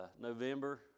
november